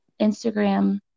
instagram